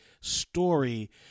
Story